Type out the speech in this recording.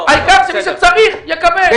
העיקר שמי שצריך יקבל.